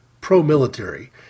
pro-military